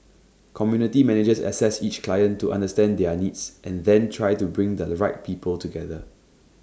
community managers assess each client to understand their needs and then try to bring the right people together